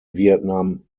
vietnam